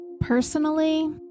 Personally